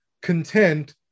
content